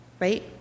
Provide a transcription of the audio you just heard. right